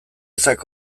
ezak